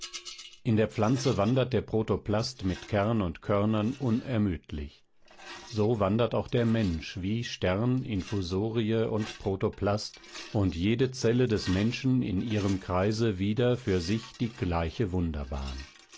in der pflanze wandert der protoplast mit kern und körnern unermüdlich so wandert auch der mensch wie stern infusorie und protoplast und jede zelle des menschen in ihrem kreise wieder für sich sie gleiche